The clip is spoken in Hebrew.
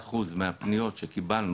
ב-25% מהפניות שקיבלנו